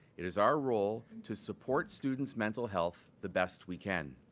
it is our role to support students' mental health the best we can.